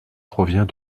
provient